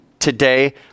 today